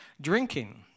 Drinking